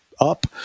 up